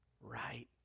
right